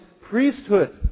priesthood